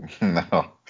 No